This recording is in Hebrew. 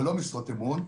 אבל לא משרות אמון,